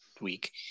week